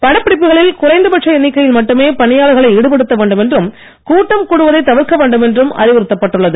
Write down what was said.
படப்பிடிப்புகளில் குறைந்த பட்ச எண்ணிக்கையில் மட்டுமே பணியாளர்களை ஈடுபடுத்த வேண்டும் எனறும் கூட்டம் கூடுவதைத் தவிர்க்க வேண்டும் என்றும் அறிவுறுத்தப் பட்டுள்ளது